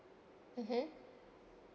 (uh huh)